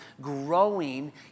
growing